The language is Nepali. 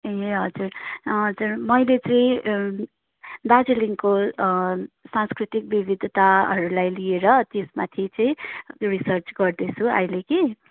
ए हजुर हजुर मैले चाहिँ दार्जिलिङको सांस्कृतिक विविधताहरूलाई लिएर त्यसमाथि चाहिँ रिसर्च गर्दैछु अहिले कि